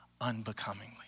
unbecomingly